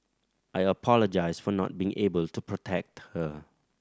I apologised for not being able to protect her